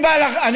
אני בא משדרות,